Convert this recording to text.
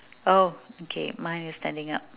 oh okay mine is standing up